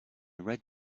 red